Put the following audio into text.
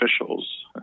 officials